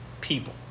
people